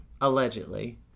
allegedly